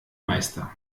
meister